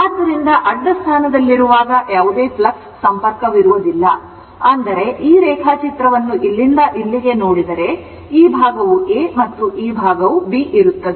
ಆದ್ದರಿಂದ ಅಡ್ಡ ಸ್ಥಾನದಲ್ಲಿರುವಾಗ ಯಾವುದೇ ಫ್ಲಕ್ಸ್ ಸಂಪರ್ಕವಿರುವುದಿಲ್ಲ ಅಂದರೆ ಈ ರೇಖಾಚಿತ್ರವನ್ನು ಇಲ್ಲಿಂದ ಇಲ್ಲಿಗೆ ನೋಡಿದರೆ ಈ ಭಾಗವು A ಮತ್ತು ಈ ಭಾಗವು B ಇರುತ್ತದೆ